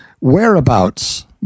Whereabouts